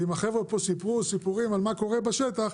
ואם החבר'ה פה סיפרו סיפורים על מה קורה בשטח,